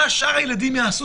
מה שאר הילדים יעשו?